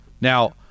Now